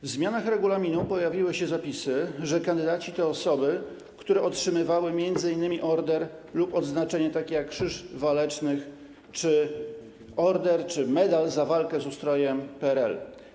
W zmianach regulaminu pojawiły się zapisy, że kandydaci to osoby, które otrzymywały m.in. order lub odznaczenie, takie jak Krzyż Walecznych lub order czy medal za walkę z ustrojem PRL.